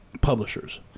publishers